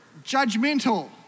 judgmental